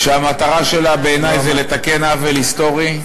המטרה שלה, בעיני, היא לתקן עוול היסטורי,